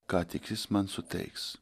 ką tik jis man suteiks